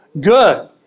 good